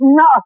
no